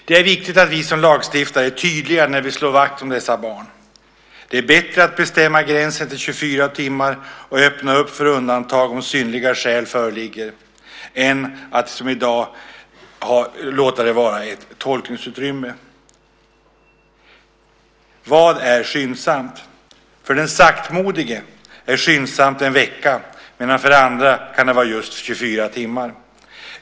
Det är viktigt att vi som lagstiftare är tydliga när vi slår vakt om dessa barn. Det är bättre att bestämma gränsen till 24 timmar och öppna för undantag om synnerliga skäl föreligger än att som i dag låta det vara ett tolkningsutrymme när det gäller vad som är skyndsamt. För den saktmodige är skyndsamt en vecka, medan det för andra kan vara just 24 timmar.